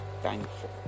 thankful